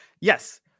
Yes